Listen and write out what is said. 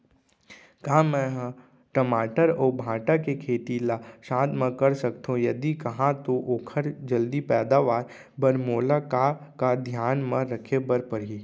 का मै ह टमाटर अऊ भांटा के खेती ला साथ मा कर सकथो, यदि कहाँ तो ओखर जलदी पैदावार बर मोला का का धियान मा रखे बर परही?